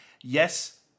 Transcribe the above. Yes